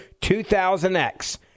2000X